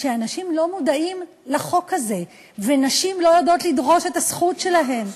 שאנשים לא מודעים לחוק הזה ונשים לא יודעות לדרוש את הזכות שלהן.